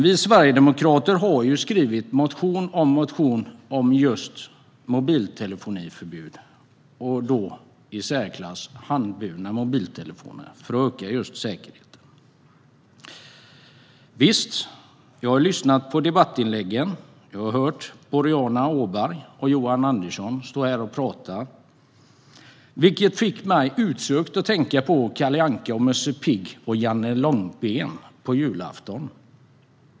Vi sverigedemokrater har skrivit motion på motion om mobiltelefonförbud, framför allt förbud mot handburna mobiltelefoner, just för att öka säkerheten. Visst, jag har lyssnat på debattinläggen. Jag har hört Boriana Åberg och Johan Andersson stå här och tala, och det fick mig osökt att tänka på Kalle Anka, Musse Pigg och Janne Långben på julafton.